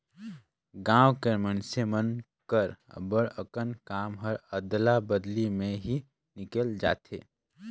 गाँव कर मइनसे मन कर अब्बड़ अकन काम हर अदला बदली में ही निकेल जाथे